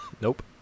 Nope